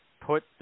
put